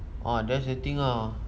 ah that's the thing lah